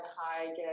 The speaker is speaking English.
hi